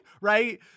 right